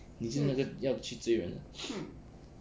你就是那个要去追人的